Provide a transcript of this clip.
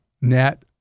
net